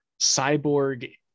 cyborg